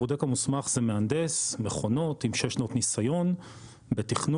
הבודק המוסמך זה מהנדס מכונות עם שש שנות ניסיון בתכנון